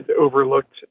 overlooked